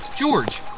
George